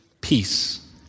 peace